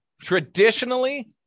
Traditionally